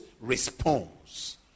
response